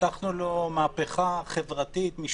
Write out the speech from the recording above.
הבטחנו לו מהפכה חברתית-משפטית,